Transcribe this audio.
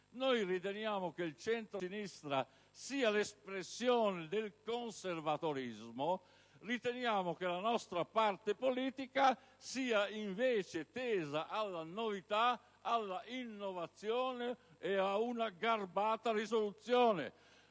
Noi riteniamo che il centrosinistra sia l'espressione del conservatorismo e che la nostra parte politica sia invece tesa alla novità, all'innovazione e ad una garbata risoluzione.